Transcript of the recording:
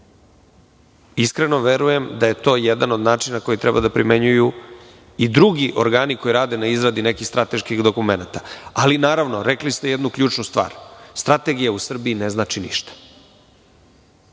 košta. Iskreno, verujem da je to jedan od način koji treba da primenjuju i drugi organi koji rade na izradi nekih strateških dokumenata. Ali, naravno, rekli ste jednu ključnu stvar, strategija u Srbiji ne znači ništa.